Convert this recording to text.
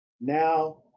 Now